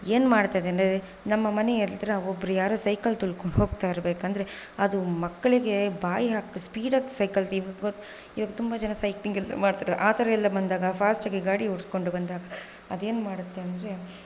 ಏನು ಮಾಡ್ತದೆ ಅಂದರೆ ನಮ್ಮ ಮನೆ ಹತ್ತಿರ ಒಬ್ಬರು ಯಾರೋ ಸೈಕಲ್ ತುಳ್ಕೊಂಡು ಹೋಗ್ತಾಯಿರ್ಬೇಕೆಂದ್ರೆ ಅದು ಮಕ್ಕಳಿಗೆ ಬಾಯಿ ಹಾಕ್ಸಿ ಸ್ಪೀಡಲ್ಲಿ ಸೈಕಲ್ ಇವಾಗ ತುಂಬ ಜನ ಸೈಕ್ಲಿಂಗ್ ಎಲ್ಲ ಮಾಡ್ತರಾ ಆ ಥರ ಎಲ್ಲ ಬಂದಾಗ ಫಾಸ್ಟ್ಗೆ ಗಾಡಿ ಓಡಿಸ್ಕೊಂಡು ಬಂದಾಗ ಅದೇನು ಮಾಡುತ್ತೆ ಅಂದರೆ